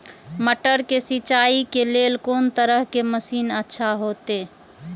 मटर के सिंचाई के लेल कोन तरह के मशीन अच्छा होते?